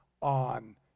on